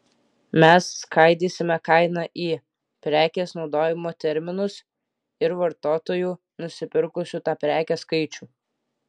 mes skaidysime kainą į prekės naudojimo terminus ir vartotojų nusipirkusių tą prekę skaičių